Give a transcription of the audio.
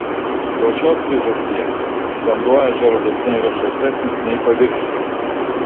dėl šios priežasties vanduo ežero dugne yra šaltesnis nei paviršiuje